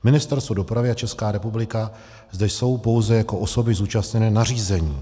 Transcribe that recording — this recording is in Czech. Ministerstvo dopravy a Česká republika zde jsou pouze jako osoby zúčastněné na řízení.